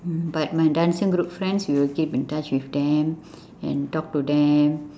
mm but my dancing group friends we will keep in touch with them and talk to them